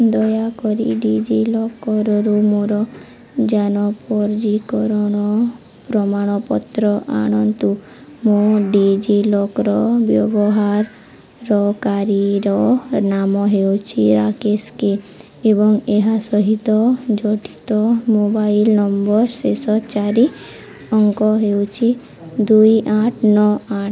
ଦୟାକରି ଡି ଜି ଲକର୍ରୁ ମୋର ଯାନ ପଞ୍ଜୀକରଣ ପ୍ରମାଣପତ୍ର ଆଣନ୍ତୁ ମୋ ଡି ଜି ଲକ୍ର ବ୍ୟବହାରକାରୀର ନାମ ହେଉଛି ରାକେଶ କେ ଏବଂ ଏହା ସହିତ ଜଡ଼ିତ ମୋବାଇଲ୍ ନମ୍ବର୍ ଶେଷ ଚାରି ଅଙ୍କ ହେଉଛି ଦୁଇ ଆଠ ନଅ ଆଠ